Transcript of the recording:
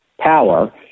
power